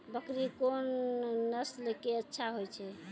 बकरी कोन नस्ल के अच्छा होय छै?